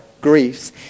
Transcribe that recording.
griefs